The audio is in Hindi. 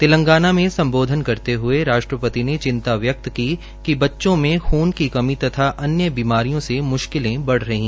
तेलंगाना में सम्बोधन करते हए राष्ट्रपति ने चिंता व्यक्त की कि बच्चों में खून की कमी तथा अन्य बीमारियों से मुश्किलेंबंद रही